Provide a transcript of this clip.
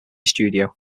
studio